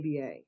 ABA